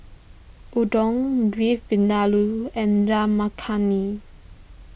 Udon Beef Vindaloo and Dal Makhani